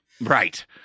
Right